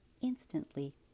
Instantly